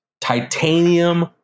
Titanium